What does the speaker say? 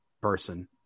person